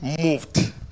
moved